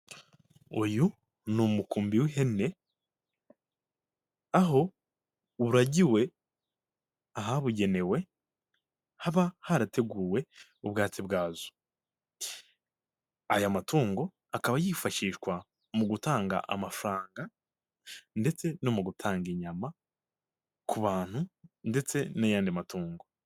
Uyu ni umukumbi w'ihene, aho uragiwe ahabugenewe, haba harateguwe ubwatsi bwazo. Aya matungo akaba yifashishwa mu gutanga amafaranga ndetse no mu gutanga inyama ku bantu ndetse n'ayandi matungo.